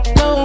no